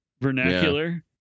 vernacular